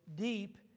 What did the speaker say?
deep